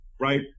right